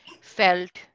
felt